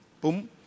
boom